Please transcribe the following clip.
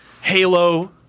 Halo